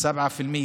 7%,